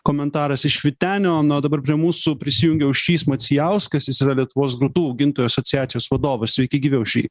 komentaras iš vytenio na o dabar prie mūsų prisijungė aušrys macijauskas jis yra lietuvos grūdų augintojų asociacijos vadovas sveiki gyvi aušry